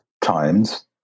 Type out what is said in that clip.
times